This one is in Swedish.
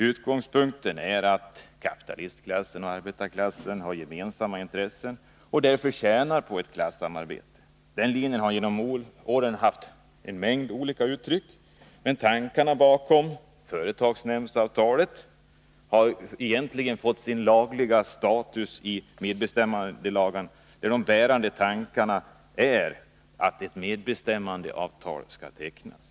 Utgångspunkten är att kapitalistklassen och arbetarklassen har gemensamma intressen och därför tjänar på ett klassamarbete. Den linjen har genom åren tagit sig en mängd olika uttryck. Tankarna bakom företagsnämndsavtalet har egentligen fått sin lagliga status i medbestämmandelagen, där de bärande tankarna är att ett medbestämmandeavtal skall tecknas.